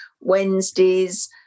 Wednesdays